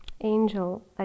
angel